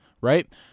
right